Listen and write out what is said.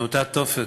מאותו תופת,